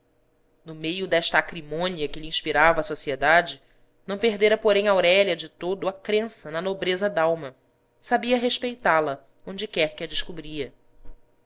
no meio desta acrimônia que lhe inspirava a sociedade não perdera porém aurélia de todo a crença na nobreza dalma sabia respeitá la onde quer que a descobria